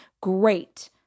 Great